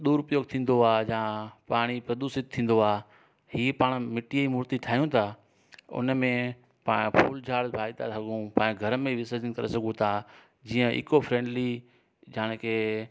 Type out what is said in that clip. दूरउपयोगु थींदो आहे जा पाणी प्रदूषित थींदो आहे हीअ पाण मिटी मुर्ती ठाहियूं था उनमें पाण फूल झाल बाहे त सघूं पंहिंजे घर में विर्सजन करे सघूं था जीअं इको फ्रेंडली यानी के